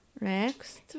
next